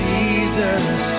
Jesus